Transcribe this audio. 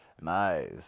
Nice